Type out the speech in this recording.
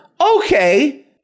Okay